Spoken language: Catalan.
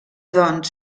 doncs